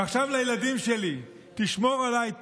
ועכשיו לילדים שלי: תשמור עליי,